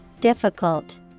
difficult